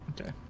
okay